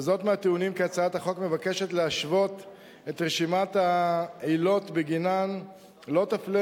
מהטיעונים שהצעת החוק מבקשת להשוות את רשימת העילות שבגינן לא תפלה